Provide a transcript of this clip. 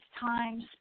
times